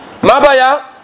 Mabaya